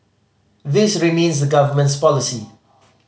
this remains the Government's policy